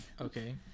Okay